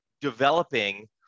developing